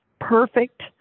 perfect